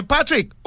Patrick